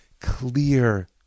clear